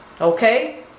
Okay